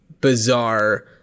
bizarre